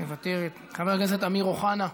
מוותרת, חבר הכנסת אמיר אוחנה,